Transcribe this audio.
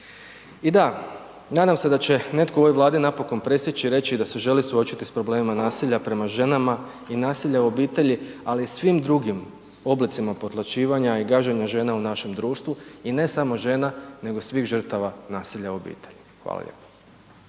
I da, nadam se da će netko u ovoj Vladi napokon presjeći i reći da se želi suočiti s problemima nasilja prema ženama i nasilja u obitelji ali i svim drugim oblicima potlačivanja i gaženja žena u našem društvu i ne samo žena nego svih žrtava nasilja u obitelji. Hvala lijepo.